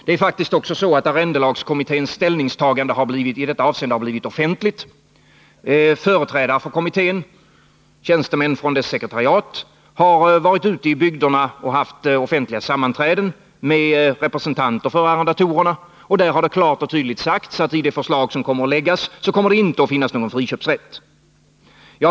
Det är faktiskt också så att arrendelagskommitténs ställningstagande i detta avseende har blivit offentligt. Företrädare för kommittén — tjänstemän från dess sekretariat — har varit ute i bygderna och haft offentliga sammanträden med representanter för arrendatorerna. Där har det klart och tydligt sagts att det i det förslag som kommer att läggas fram inte finns någon friköpsrätt.